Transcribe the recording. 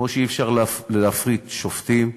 כמו שאי-אפשר להפריט שופטים,